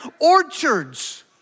orchards